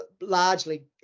largely